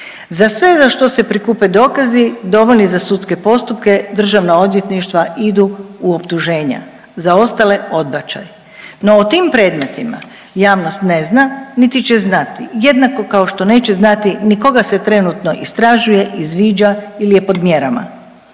Za sve za što se prikupe dokazi dovoljni za sudske postupke državna odvjetništva idu u optuženja, za ostale odbačaj. No, o tim predmetima javnost ne zna niti će znati jednako kao što neće znati ni koga se trenutno istražuje, izviđa ili je pod mjerama.